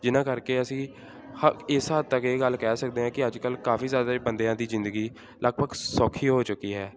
ਜਿਨ੍ਹਾਂ ਕਰਕੇ ਅਸੀਂ ਹ ਇਸ ਹੱਦ ਤੱਕ ਇਹ ਗੱਲ ਕਹਿ ਸਕਦੇ ਹਾਂ ਕਿ ਅੱਜ ਕੱਲ ਕਾਫੀ ਜ਼ਿਆਦਾ ਬੰਦਿਆਂ ਦੀ ਜ਼ਿੰਦਗੀ ਲਗਭਗ ਸੌਖੀ ਹੋ ਚੁੱਕੀ ਹੈ